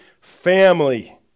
family